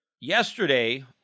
Yesterday